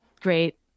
great